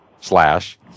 slash